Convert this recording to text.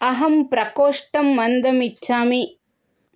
अहं प्रकोष्ठं मन्दमिच्छामि